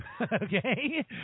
Okay